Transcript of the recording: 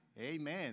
amen